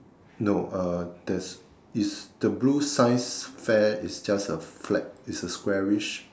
no uh there's it's the blue science fair it's just a flag it's a squarish